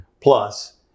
plus